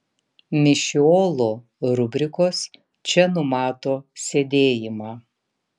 mišiolo rubrikos čia numato sėdėjimą